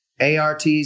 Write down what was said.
ARTs